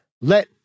let